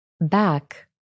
Back